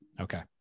Okay